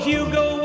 Hugo